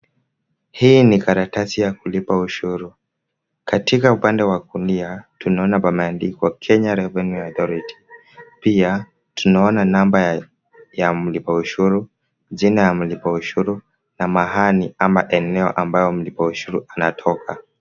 Hii ni karatasi ya kulipa ushuru. Katika upande wa kulia tunaona pameandikwa Kenya Revenue Authority. Pia tunaona namba ya mlipa ushuru, jina ya mlipa ushuru na mahali ama eneo ambayo mlipa ushuru anatoka.